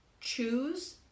choose